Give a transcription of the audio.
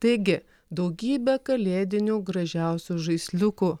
taigi daugybę kalėdinių gražiausių žaisliukų